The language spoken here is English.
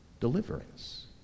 deliverance